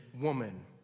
woman